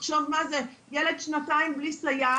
תחשוב מה זה, ילד שנתיים בלי סייעת.